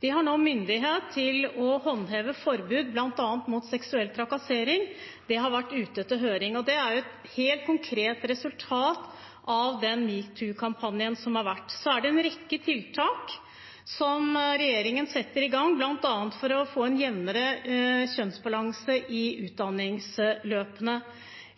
De har nå myndighet til å håndheve forbud bl.a. mot seksuell trakassering. Det har vært ute til høring. Det er et helt konkret resultat av den metoo-kampanjen som har vært. Så er det en rekke tiltak som regjeringen setter i gang bl.a. for å få en jevnere kjønnsbalanse i utdanningsløpene.